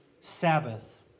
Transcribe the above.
Sabbath